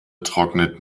trocknet